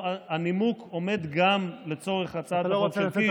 הנימוק עומד גם לצורך הצעת החוק של קיש.